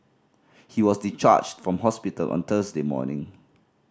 he was discharged from hospital on Thursday morning